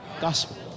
Gospel